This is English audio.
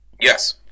Yes